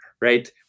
right